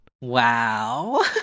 Wow